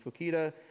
Fukita